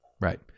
Right